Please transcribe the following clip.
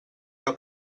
que